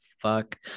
fuck